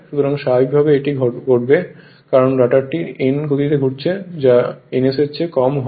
সুতরাং স্বাভাবিকভাবেই এটি ঘটবে কারণ রটারটি n গতিতে ঘুরছে যা ns এর চেয়ে কম হয়